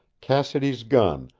cassidy's gun,